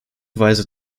weise